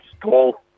tall